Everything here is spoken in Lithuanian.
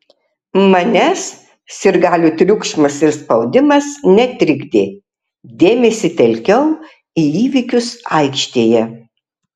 manęs sirgalių triukšmas ir spaudimas netrikdė dėmesį telkiau į įvykius aikštėje